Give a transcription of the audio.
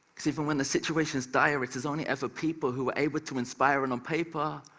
cause even when the situation's dire, it is only ever people who are able to inspire, and on paper,